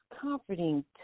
comforting